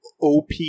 op